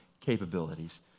capabilities